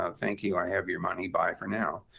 ah thank you, i have your money, bye for now.